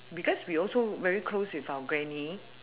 because we also very close with our granny